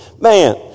Man